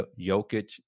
Jokic